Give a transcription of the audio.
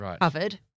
covered